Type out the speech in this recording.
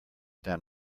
than